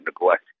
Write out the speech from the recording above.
neglect